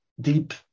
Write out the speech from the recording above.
deep